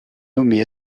nommé